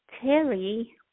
Terry